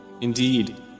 Indeed